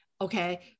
Okay